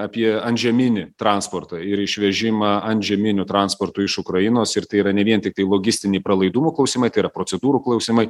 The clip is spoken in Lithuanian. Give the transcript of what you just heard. apie antžeminį transportą ir išvežimą antžeminiu transportu iš ukrainos ir tai yra ne vien tiktai logistiniai pralaidumo klausimai tai yra procedūrų klausimai